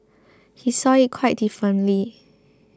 he saw it quite differently